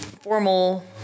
formal